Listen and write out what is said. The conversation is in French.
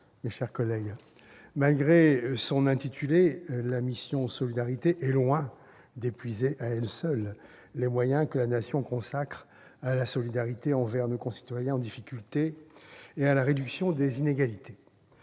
mes chers collègues, malgré son intitulé, la mission « Solidarité, insertion et égalité des chances » est loin d'épuiser à elle seule les moyens que la Nation consacre à la solidarité envers nos concitoyens en difficulté et à la réduction des inégalités.